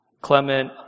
Clement